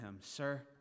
sir